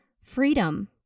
freedom